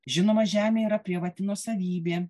žinoma žemė yra privati nuosavybė